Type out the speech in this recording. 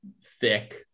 thick